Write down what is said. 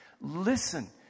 listen